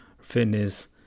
fitness